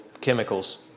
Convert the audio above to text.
chemicals